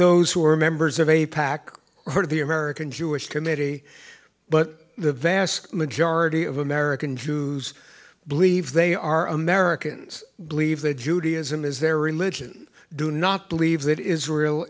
those who are members of a pack or the american jewish committee but the vast majority of american jews believe they are americans believe that judaism is their religion do not believe that israel